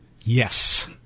yes